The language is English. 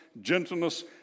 gentleness